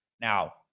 now